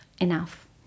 enough